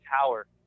tower